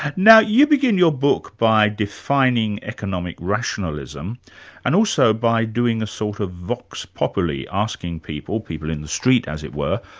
now, you begin your book by defining economic rationalism and also by doing a sort of vox poppery, asking people, people in the street as it were,